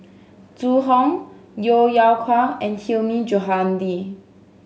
Zhu Hong Yeo Yeow Kwang and Hilmi Johandi